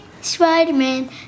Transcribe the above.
Spider-Man